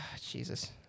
Jesus